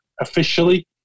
officially